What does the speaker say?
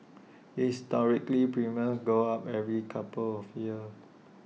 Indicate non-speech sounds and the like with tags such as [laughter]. [noise] historically premiums go up every couple of years